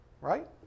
right